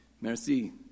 Merci